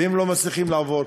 והם לא מצליחים לעבור,